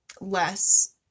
less